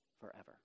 forever